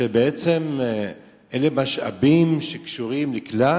שבעצם אלה משאבים שקשורים לכלל